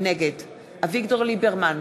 נגד אביגדור ליברמן,